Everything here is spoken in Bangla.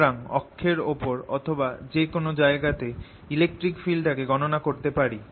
সুতরাং অক্ষের ওপর অথবা যে কোন জায়গাতে ইলেকট্রিক ফিল্ডটাকে গণনা করতে পারি